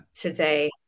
today